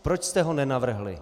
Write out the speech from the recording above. Proč jste ho nenavrhli?